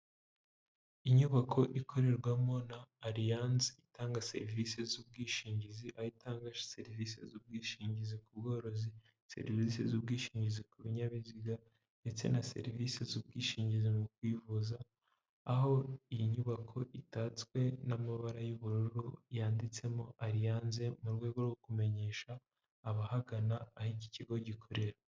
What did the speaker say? Inyubako ikorerwamo na ariyanze itanga serivisi z'ubwishingizi aho itanga serivisi z'ubwishingizi ku bworozi, serivisi z'ubwishingizi ku binyabiziga ndetse na serivisi z'ubwishingizi mu kwivuza, aho iyi nyubako itatswe n'amabara y'ubururu yanditsemo ariyanze mu rwego rwo kumenyesha abahagana aho iki kigo gikorera.